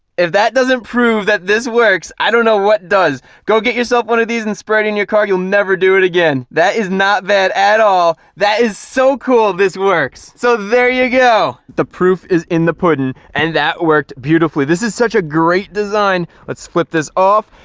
if that doesn't prove that this works, i don't know what does go get yourself one of these and spread in your car you'll never do it again. that is not bad at all. that is so cool. this works. so there you go the proof is in the pudding and that worked. beautifully. this is such a great design let's flip this off.